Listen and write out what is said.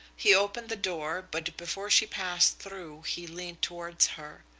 he opened the door but before she passed through he leaned towards her.